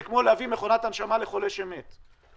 זה כמו להביא מכונת הנשמה לחולה שמת.